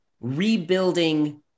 rebuilding